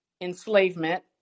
enslavement